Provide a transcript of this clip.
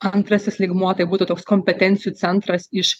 antrasis lygmuo tai būtų toks kompetencijų centras iš